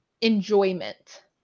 enjoyment